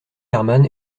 herman